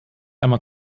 einmal